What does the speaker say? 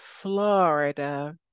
Florida